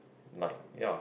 like ya